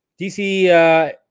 DC